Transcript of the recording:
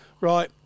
right